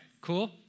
Cool